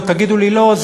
תגידו לי לא,